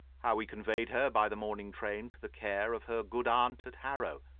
how we conveyed her by the morning train to the care of her good aunt at harrow,